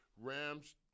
Rams